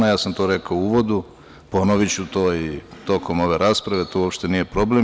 Ja sam to rekao u uvodu, ponoviću to i tokom ove rasprave, to uopšte nije problem.